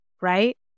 Right